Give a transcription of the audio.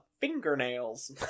Fingernails